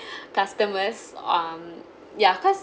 customers um ya cause